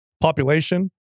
population